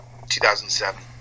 2007